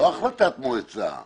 לא החלטת מועצה.